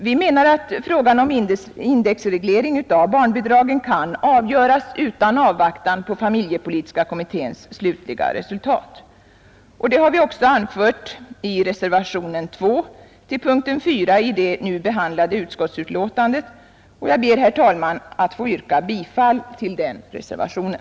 Vi menar att frågan om indexreglering av barnbidragen kan avgöras utan avvaktan på familjepolitiska kommitténs slutliga resultat. Det har vi också anfört i reservationen 2 till punkten 4 i det nu behandlade utskottsbetänkandet, och jag ber, herr talman, att få yrka bifall till den reservationen.